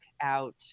out